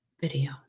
video